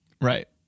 Right